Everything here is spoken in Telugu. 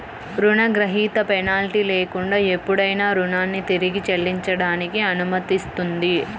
రుణగ్రహీత పెనాల్టీ లేకుండా ఎప్పుడైనా రుణాన్ని తిరిగి చెల్లించడానికి అనుమతిస్తుంది